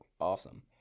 awesome